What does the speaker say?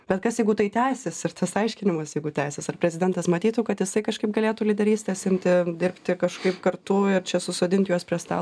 bet kas jeigu tai tęsis ir tas aiškinimas jeigu tęsis ar prezidentas matytų kad jisai kažkaip galėtų lyderystės imti dirbti kažkaip kartu ir čia susodint juos prie stalo